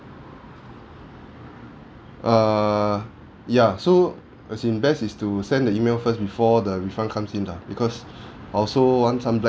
err ya so as in best is to send the E-mail first before the refund comes in lah because I also want some black